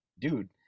dude